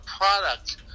product